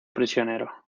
prisionero